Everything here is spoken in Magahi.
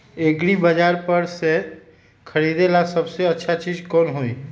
एग्रिबाजार पर से खरीदे ला सबसे अच्छा चीज कोन हई?